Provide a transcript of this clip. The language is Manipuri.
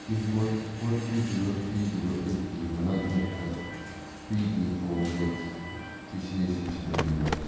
pincode four three zero three zero ꯑꯩꯠꯀꯤ ꯃꯅꯥꯛ ꯅꯛꯄꯗ ꯐ꯭ꯔꯤꯒꯤ ꯀꯣꯕꯣꯕꯦꯛꯁ ꯚꯦꯁꯤꯅꯦꯁꯟ ꯁꯦꯟꯇꯔ ꯂꯩꯕ꯭ꯔ